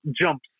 jumps